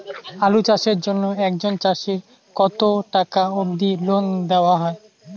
আলু চাষের জন্য একজন চাষীক কতো টাকা অব্দি লোন দেওয়া হয়?